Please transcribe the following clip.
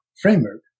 framework